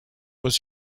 was